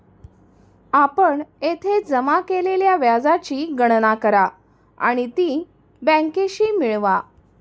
आपण येथे जमा केलेल्या व्याजाची गणना करा आणि ती बँकेशी मिळवा